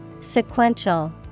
Sequential